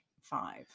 five